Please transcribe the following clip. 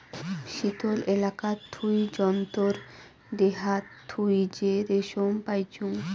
শীতল এলাকাত থুই জন্তুর দেহাত থুই যে রেশম পাইচুঙ